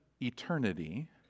eternity